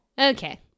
Okay